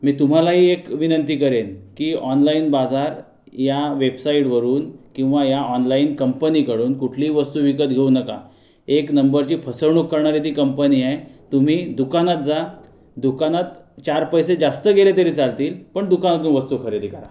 मी तुम्हालाही एक विनंती करेन की ऑनलाइनबाजार ह्या वेबसाइटवरून किंवा ह्या ऑनलाइन कंपनीकडून कुठली वस्तु विकत घेऊ नका एक नंबरची फसवणूक करणारी ती कंपनी आहे तुम्ही दुकानात जा दुकानात चार पैसे जास्त गेले तरी चालतील पण दुकानातून वस्तु खरेदी करा